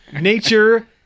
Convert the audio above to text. Nature